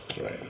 right